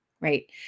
right